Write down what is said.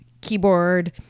keyboard